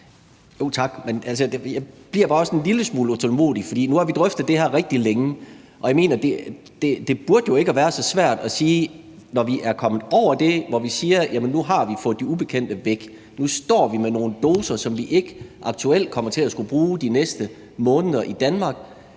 Tak, men jeg bliver altså også bare en lille smule utålmodig. For nu har vi drøftet det her rigtig længe, og jeg mener jo, at det ikke burde være så svært at sige, når vi er kommet derover, hvor vi siger, at vi nu har fået de ubekendte væk, og at vi nu står med nogle doser, som vi ikke aktuelt kommer til at skulle bruge de næste måneder i Danmark,